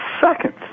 seconds